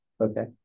okay